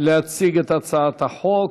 להציג את הצעת החוק.